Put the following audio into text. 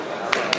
עבודתו עמי